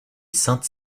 sainte